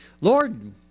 Lord